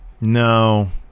No